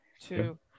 two